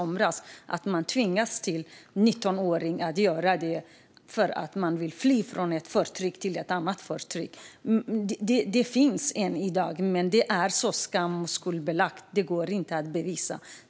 Man tvingas som 19-åring till att göra detta. Det handlar om att fly från ett förtryck till ett annat förtryck. Det finns möjligheter i dag, men detta är så skam och skuldbelagt - det går inte att bevisa.